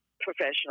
professional